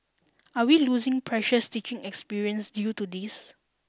are we losing precious teaching experience due to this